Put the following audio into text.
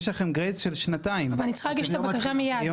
יש לכם גרייס של שנתיים -- אבל אני צריכה להגיש את הבקשה מיד.